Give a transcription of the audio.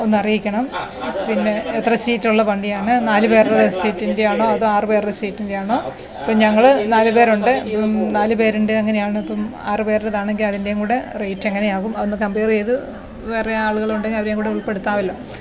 ഒന്നറിയിക്കണം പിന്നെ എത്ര സീറ്റുള്ള വണ്ടിയാണ് നാല് പേരുടെ സീറ്റിൻ്റെയാണോ അതോ ആറ് പേരുടെ സീറ്റിൻ്റെയാണോ ഇപ്പോൾ ഞങ്ങൾ നാല് പേരുണ്ട് അപ്പം നാല് പേരിൻ്റെ എങ്ങനെയാണിപ്പം ആറ് പേരുടെതാണെങ്കിൽ അതിന്റേം കൂടെ റെയിറ്റെങ്ങനെയാകും അതൊന്ന് കംപെയർ ചെയ്ത് വേറെ ആളുകളുണ്ടെങ്കിൽ അവരേം കൂടെ ഉൾപ്പെടുത്താമല്ലോ